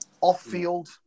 off-field